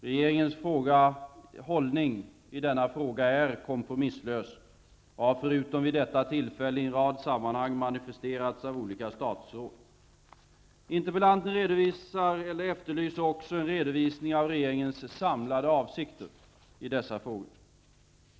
Regeringens hållning i denna fråga är kompromisslös och har förutom vid detta tillfälle i en rad sammanhang manifesterats av olika statsråd. Interpellanten efterlyser också en redovisning av regeringens samlade avsikter i dessa frågor.